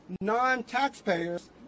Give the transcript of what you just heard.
non-taxpayers